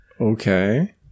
Okay